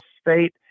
state